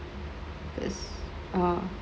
err